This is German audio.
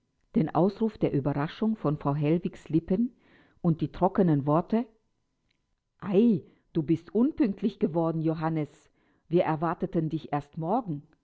den ausruf der ueberraschung von frau hellwigs lippen und die trockenen worte ei du bist unpünktlich geworden johannes wir erwarteten dich erst morgen